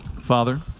Father